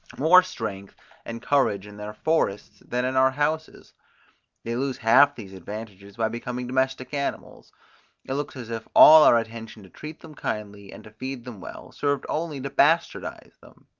more strength and courage in their forests than in our houses they lose half these advantages by becoming domestic animals it looks as if all our attention to treat them kindly, and to feed them well, served only to bastardize them.